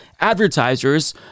advertisers